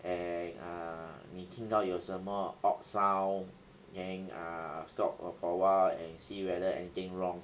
and err 你听到有什么 odd sound then ah stop for a while and see whether anything wrong